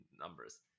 numbers